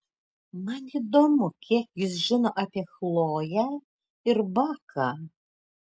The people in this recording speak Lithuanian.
man įdomu kiek jis žino apie chloję ir baką